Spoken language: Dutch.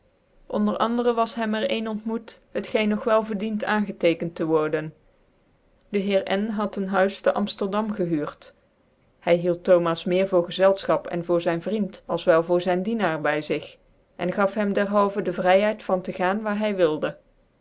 onder anderen was hem er ccn ontmoet t geen nog wel verdient aangc tekent te worden de heer m had ccn huis tc amfterdam gehuurd hy hield thomas meer voor gczclfchap cn voor zyn vriend als wel voor zyn dienaar by zigj cn gaf hem derhalven de vryheid van tc gaan waar hy wilde